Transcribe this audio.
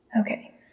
Okay